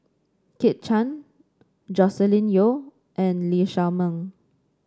Kit Chan Joscelin Yeo and Lee Shao Meng